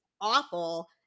awful